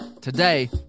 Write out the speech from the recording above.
today